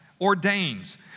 ordains